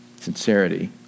Sincerity